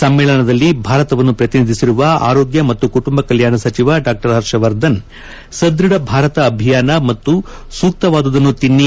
ಸಮ್ಮೇಳನದಲ್ಲಿ ಭಾರತವನ್ನು ಪ್ರತಿನಿಧಿಸಿರುವ ಆರೋಗ್ಯ ಮತ್ತು ಕುಟುಂಬ ಕಲ್ಲಾಣ ಸಚಿವ ಡಾ ಹರ್ಷವರ್ಧನ್ ಸದ್ಬಢ ಭಾರತ ಅಭಿಯಾನ ಮತ್ತು ಸೂಕ್ತವಾದುದನ್ನು ತಿನ್ನಿ